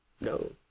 No